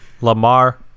Lamar